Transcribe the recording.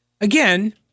Again